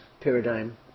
paradigm